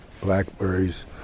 Blackberries